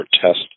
test